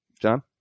John